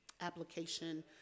application